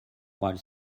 while